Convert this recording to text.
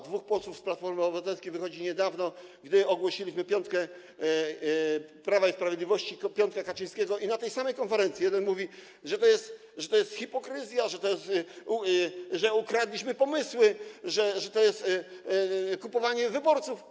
Dwóch posłów z Platformy Obywatelskiej wychodzi niedawno, gdy ogłosiliśmy piątkę Prawa i Sprawiedliwości, piątkę Kaczyńskiego, i na tej samej konferencji jeden mówi, że to jest hipokryzja, że ukradliśmy pomysły, że to jest kupowanie wyborców.